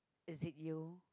is it you